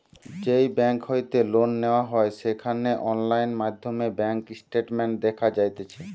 যেই বেংক হইতে লোন নেওয়া হয় সেখানে অনলাইন মাধ্যমে ব্যাঙ্ক স্টেটমেন্ট দেখা যাতিছে